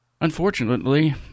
Unfortunately